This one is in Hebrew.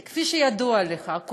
כי כפי שידוע לך,